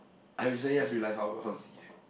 I recently just realise how how to see eh